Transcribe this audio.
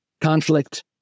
conflict